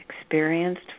experienced